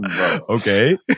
Okay